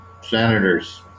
senators